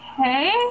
okay